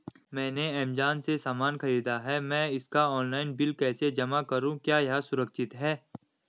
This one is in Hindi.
मैंने ऐमज़ान से सामान खरीदा है मैं इसका ऑनलाइन बिल कैसे जमा करूँ क्या यह सुरक्षित है?